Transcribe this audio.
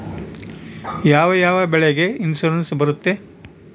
ಯಾವ ಯಾವ ಬೆಳೆಗೆ ಇನ್ಸುರೆನ್ಸ್ ಬರುತ್ತೆ?